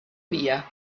via